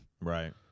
Right